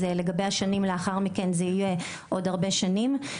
אז לגבי השנים לאחר מכן זה יהיה עוד הרבה שנים.